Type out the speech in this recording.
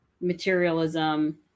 materialism